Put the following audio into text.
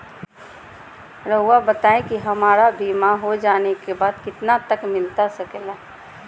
रहुआ बताइए कि हमारा बीमा हो जाने के बाद कितना तक मिलता सके ला?